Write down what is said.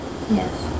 Yes